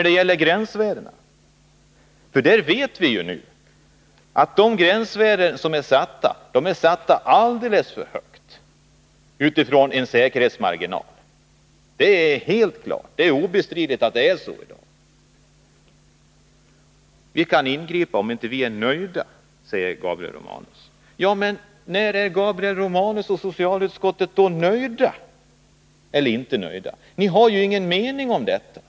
Beträffande gränsvärdena vet vi ju att dessa har blivit satta alldeles för högt med tanke på säkerhetsmarginalen. Obestridligen är det ju så i dag. Vi kan ingripa om vi inte är nöjda, sade Gabriel Romanus. När är då Gabriel Romanus och socialutskottets andra ledamöter nöjda? Ni har ju ingen mening om detta!